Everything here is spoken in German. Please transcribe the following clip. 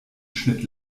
schnitt